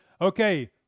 Okay